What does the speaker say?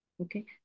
Okay